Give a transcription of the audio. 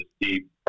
deep